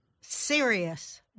serious